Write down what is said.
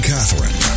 Catherine